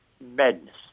madness